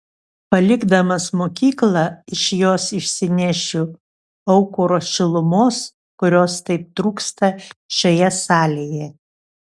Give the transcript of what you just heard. palikdamas mokyklą iš jos išsinešiu aukuro šilumos kurios taip trūksta šioje salėje